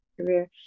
career